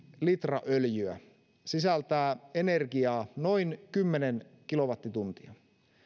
litra öljyä sisältää energiaa noin kymmenen kilowattituntia